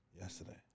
Yesterday